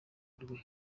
rwe